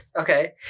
okay